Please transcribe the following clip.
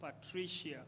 patricia